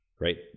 right